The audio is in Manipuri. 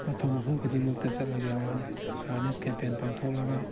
ꯃꯐꯝ ꯃꯐꯝ ꯈꯨꯗꯤꯡꯃꯛꯇ ꯆꯠꯂꯒ ꯑꯦꯋꯥꯔꯅꯦꯁ ꯀꯦꯝꯄꯦꯟ ꯄꯥꯡꯊꯣꯛꯂꯒ